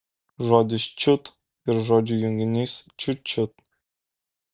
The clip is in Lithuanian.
žodis čiut ir žodžių junginys čiut čiut